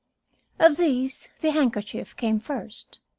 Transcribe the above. of these the handkerchief came first.